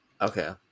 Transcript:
Okay